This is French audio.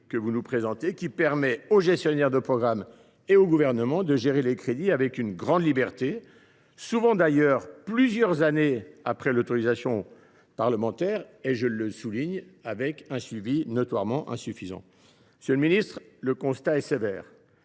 ni plus ni moins, permettant aux gestionnaires de programmes et au Gouvernement d’employer les crédits avec une grande liberté, souvent plusieurs années après l’autorisation parlementaire et avec un suivi notoirement insuffisant. Monsieur le ministre, le constat est sévère.